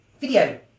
video